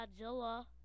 Godzilla